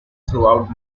throughout